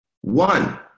one